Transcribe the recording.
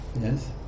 yes